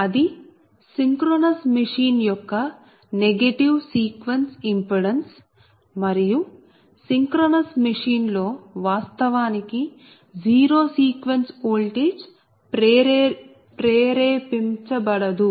అది synchronous machine యొక్క negative sequence impedance మరియు సింక్రోనస్ మెషిన్ లో వాస్తవానికి జీరో సీక్వెన్స్ ఓల్టేజ్ ప్రేరేపించబడదు